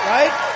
Right